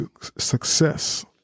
success